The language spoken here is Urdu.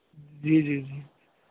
جی جی جی